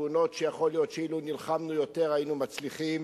תאונות שיכול להיות שאילו נלחמנו יותר היינו מצליחים